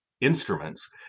instruments